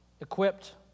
Equipped